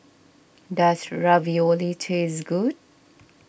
does Ravioli taste good